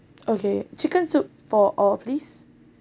okay chicken soup for all please